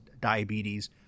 diabetes